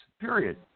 period